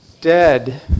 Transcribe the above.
Dead